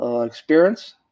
experience